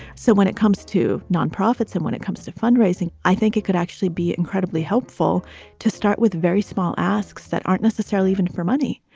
so when it comes to nonprofits and when it comes to fundraising, i think it could actually be incredibly helpful to start with. very small asks that aren't necessarily even for money.